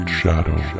shadow